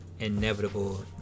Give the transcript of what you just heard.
Inevitable